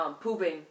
Pooping